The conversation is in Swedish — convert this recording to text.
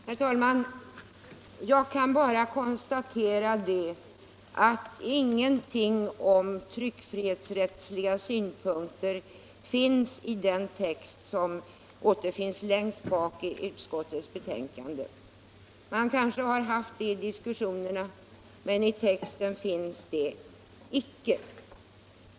Herr talman! Jag kan bara konstatera att ingenting av tryckfrihetsrättsliga synpunkter förekommer i den lagrådstext som återfinns längst bak i utskottets betänkande. Man kanske har haft det med i diskussionerna, men i texten finns det icke.